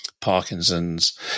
Parkinson's